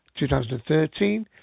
2013